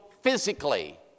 physically